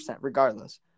regardless